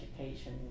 education